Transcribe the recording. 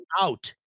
out